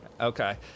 Okay